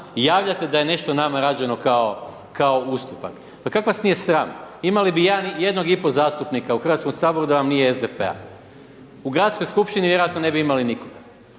javljate da je nešto nama rađeno kao ustupak. Pa kako vas nije sram? Imali bi 1,5 zastupnika u Hrvatskom saboru da vam nije SDP-a. U gradskoj skupštini vjerojatno ne bi imali nikoga,